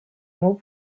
mots